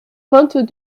vingt